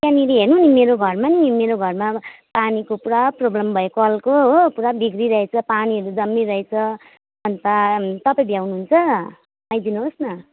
त्यहाँनिर हेर्नु नि मेरो घरमा नि मेरो घरमा पानीको पुरा प्रोब्लम भयो कलको हो पुरा बिग्रिरहेछ पानीहरू जम्मिरहेछ अन्त तपाईँ भ्याउनु हुन्छ आइदिनुहोस् न